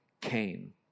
Cain